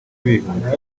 bihuta